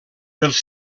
pels